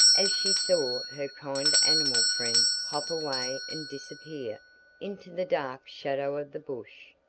as she saw her kind animal friend hop away and disappear into the dark shadow of the bush.